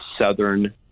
Southern